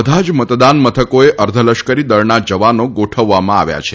બધા જ મતદાન મથકોએ અર્ધલશ્કરી દળના જવાનો ગોઠવવામાં આવ્યા છે